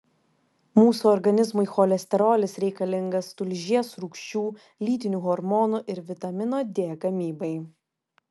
mūsų organizmui cholesterolis reikalingas tulžies rūgščių lytinių hormonų ir vitamino d gamybai